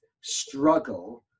struggle